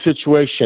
situation